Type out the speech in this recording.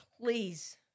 Please